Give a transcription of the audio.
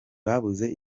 babuze